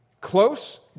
Close